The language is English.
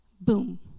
Boom